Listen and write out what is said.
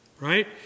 right